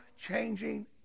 changing